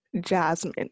Jasmine